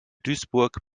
duisburg